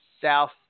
south